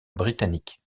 britannique